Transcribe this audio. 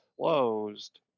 closed